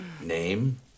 Name